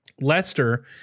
Lester